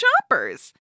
choppers